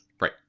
right